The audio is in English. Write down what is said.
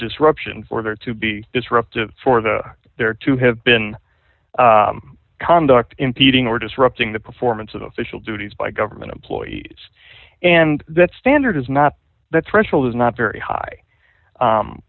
disruption for there to be disruptive for the there to have been conduct impeding or disrupting the performance of official duties by government employees and that standard is not that threshold is not very high